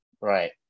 Right